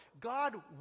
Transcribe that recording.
God